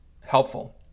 helpful